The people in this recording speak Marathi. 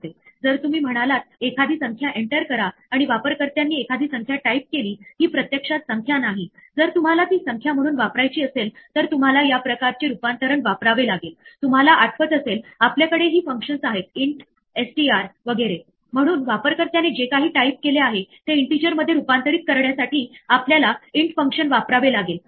ही पायथोन ची कोणत्या प्रकारची एरर आहे ते सांगण्याचा एक मार्ग आहे त्याच प्रकारे जर आपल्याकडे एक अरीथमॅटिक एक्स्प्रेशन आहे जिथे आपण एखाद्या व्हॅल्यूला 0 डिवाइड करतो तर आपल्याला एक झिरो डिव्हिजन एरर असे मिळेल आणि शेवटी जर आपण एखाद्या लिस्टला रेंज बाहेर अनुक्रमित करण्याचा प्रयत्न केला तर आपल्याला इंडेक्स एरर असे काहीतरी मिळेल